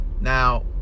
Now